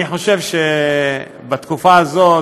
אני חושב שבתקופה הזאת,